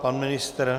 Pan ministr?